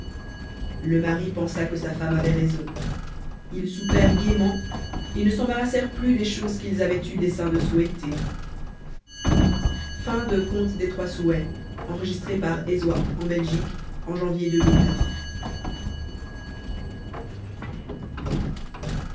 le mari pensa que sa femme avait raison et ils soupèrent gaiement sans plus s'embarrasser des choses qu'ils avaient eu dessein de souhaiter